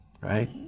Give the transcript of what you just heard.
Right